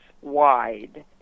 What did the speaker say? wide